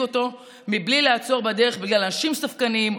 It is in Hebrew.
אותו מבלי לעצור בדרך בגלל אנשים ספקניים,